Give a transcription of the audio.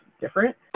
different